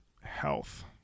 Health